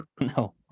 no